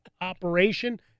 operation